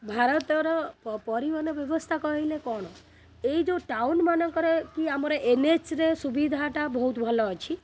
ଭାରତର ପରିବହନ ବ୍ୟବସ୍ଥା କହିଲେ କ'ଣ ଏଇ ଯେଉଁ ଟାଉନ୍ମାନଙ୍କର କି ଆମର ଏନ୍ଏଚ୍ରେ ସୁବିଧାଟା ବହୁତ ଭଲ ଅଛି